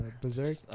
Berserk